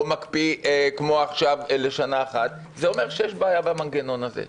מקפיא כמו עכשיו לשנה אחת זה אומר שיש בעיה במנגנון הזה.